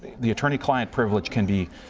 the attorney client privilege can be